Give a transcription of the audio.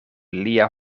lia